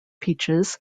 peaches